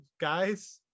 guys